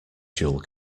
dual